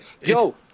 yo